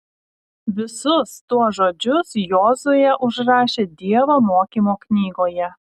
visus tuos žodžius jozuė užrašė dievo mokymo knygoje